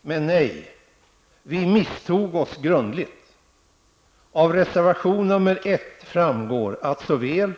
Men nej, vi misstog oss grundligt. Av reservation nr 1 framgår att såväl